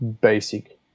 Basic